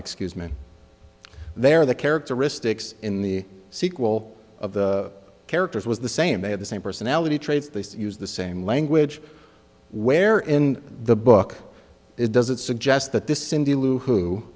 excuse me they're the characteristics in the sequel of the characters was the same they had the same personality traits they use the same language where in the book it doesn't suggest that this cindy lou who